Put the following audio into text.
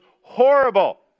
horrible